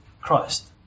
Christ